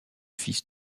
fils